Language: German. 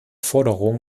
forderungen